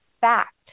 fact